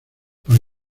para